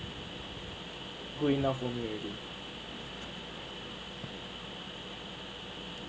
good enough for me already